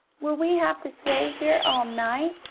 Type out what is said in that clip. will we have to stay here all night?